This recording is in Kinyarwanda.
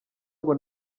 ngo